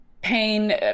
Pain